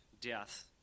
death